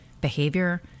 behavior